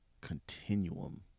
Continuum